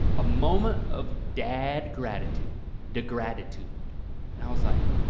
a moment of dad gratitude, da-gratitude and i was like,